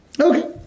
Okay